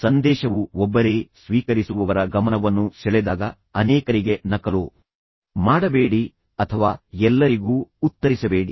ಸಂದೇಶವು ಒಬ್ಬರೇ ಸ್ವೀಕರಿಸುವವರ ಗಮನವನ್ನು ಸೆಳೆದಾಗ ಅನೇಕರಿಗೆ ನಕಲು ಮಾಡಬೇಡಿ ಅಥವಾ ಎಲ್ಲರಿಗೂ ಉತ್ತರಿಸಬೇಡಿ